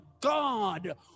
God